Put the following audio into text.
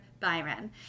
Byron